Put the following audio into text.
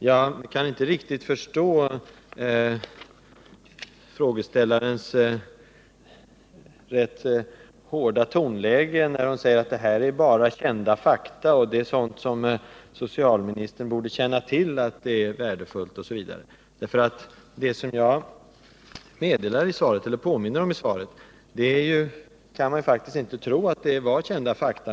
Jag kan inte riktigt förstå frågeställarens rätt hårda ordval när hon säger att svaret bara innehåller kända fakta, att socialministern borde känna till att sådan här föräldrakontakt är värdefull, osv. När jag fick frågan kunde jag inte gärna tro att det som jag nu har meddelat i svaret var kända fakta.